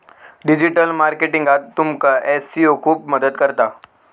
digital मार्केटिंगाक तुमका SEO खूप मदत करता